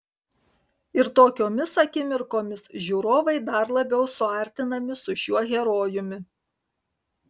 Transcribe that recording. ir tokiomis akimirkomis žiūrovai dar labiau suartinami su šiuo herojumi